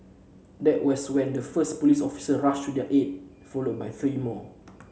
that was when the first police officer rushed to their aid followed by three more